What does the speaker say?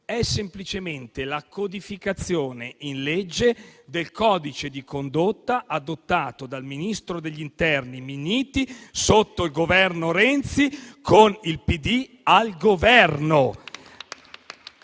è semplicemente la codificazione in legge del codice di condotta adottato dall'allora ministro dell'interno Minniti sotto il Governo Renzi, con il Partito